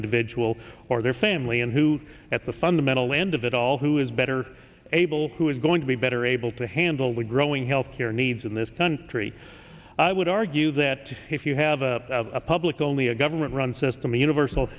individual or their family and who at the fundamental end of it all who is better able who is going to be better able to handle the growing healthcare needs in this country i would argue that if you have a public only a government run system a universal